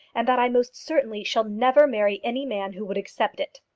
and that i most certainly shall never marry any man who would accept it.